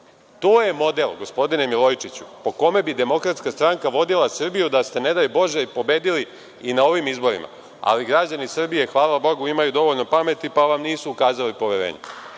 je model, gospodine Milojičiću po kome bi DS vodila Srbiju da ste ne daj Bože pobedili i na ovim izborima, ali građani Srbije, hvala Bogu imaju dovoljno pameti pa vam nisu ukazali poverenje.